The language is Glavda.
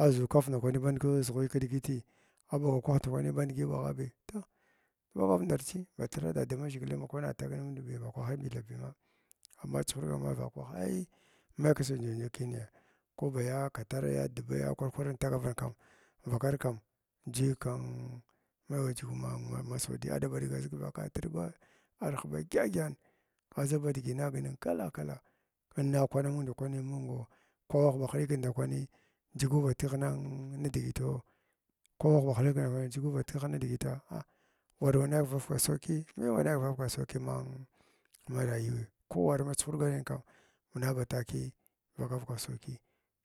Adʒu kaf ndakwani bardgi dʒughuy kidigiti aghba ghva kwah ndakwani bandigi bagha bi toh, daɓangav ndar chi ba thirh dada maʒghigila wa ma kwana tag najund ba kwahini bathing amma chuhurga mavakwah ae may kisa njajir kiniya ko ba yz katzraya dabyaa ko kwar kwarin tagavin kam vakar kam juy kin maiy wa jugu ma ma sandiyyi aɗba diga zig vakatr ba arha ba gyəgyən vaʒa badigi anag ning kala kala inna kwanamung digi mungoo kwabagh ba həɗikin ndakwanii jugu batigh nin midigitr, kwabagh ba həɗikin ndakwani jugn batigh nidigitha ah war wanai kvaka vaka sankiyi, maiy wanai kivaka va sanki man marayuw ko war ma chuhurgan kam mana ba takii vaka vaka sanki